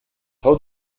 how